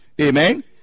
Amen